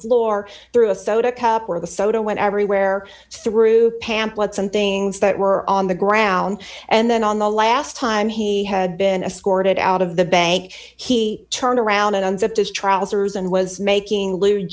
floor through a soda cup where the soda went everywhere through pamphlets and things that were on the ground and then on the last time he had been escorted out of the bank he turned around and unzipped his trousers and was making lewd